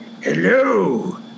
hello